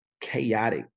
chaotic